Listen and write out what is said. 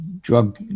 drug